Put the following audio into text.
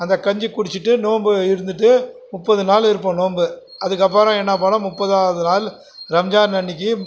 அந்த கஞ்சியை குடிச்சிட்டு நோம்பு இருந்துவிட்டு முப்பது நாள் இருப்போம் நோம்பு அதுக்கப்புறம் என்ன பண்ணுவோம் முப்பதாவது நாள் ரம்ஜான் அன்னைக்கு